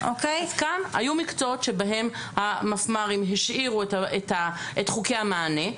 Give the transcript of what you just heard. היו מקצועות שבהם המפמ"רים השאירו את חוקי המענה.